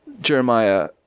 Jeremiah